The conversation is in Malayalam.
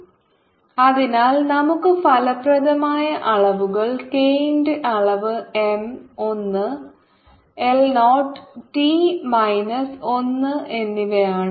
k mgvT MLT 2LT 1 k M1L0T 1 അതിനാൽ നമുക്ക് ഫലപ്രദമായ അളവുകൾ k ന്റെ അളവ് M ഒന്ന് L 0 T മൈനസ് ഒന്ന് എന്നിവയാണ്